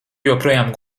joprojām